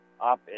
up